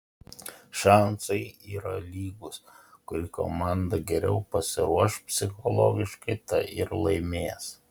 šansai yra lygūs kuri komanda geriau pasiruoš psichologiškai ta ir laimės